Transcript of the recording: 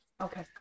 Okay